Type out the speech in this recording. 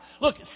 Look